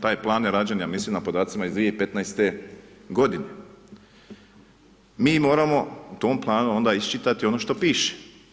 taj je plan rađen ja mislim na podacima iz 2015. g. Mi moramo tom planu onda iščitati ono što piše.